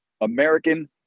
American